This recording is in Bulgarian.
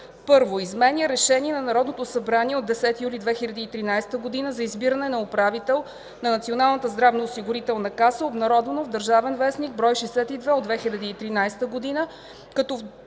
1. Изменя решение на Народното събрание от 10 юли 2013 г. за избиране на управител на Националната здравноосигурителна каса, обнародвано в „Държавен вестник” бр. 62 от 2013 г.,